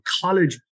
college